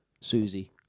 Susie